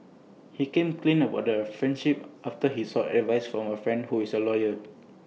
he came clean about their friendship after he sought advice from A friend who is A lawyer